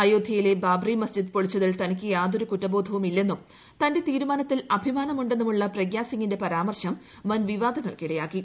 അയോധൃയിലെ ബാബറി മസ്ജിദ് പൊളിച്ചതിൽ തനിക്ക് യാതൊരു കുറ്റബോധവും ഇല്ലെന്നും തന്റെ തീരുമാനത്തിൽ അഭിമാനം ഉണ്ടെ ന്നുമുള്ള പ്രഗ്യാസിങ്ങിന്റെ പരാമർശം വൻ വിവാദങ്ങൾക്ക് ഇട യാക്കി